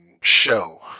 show